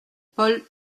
paul